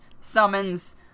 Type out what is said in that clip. summons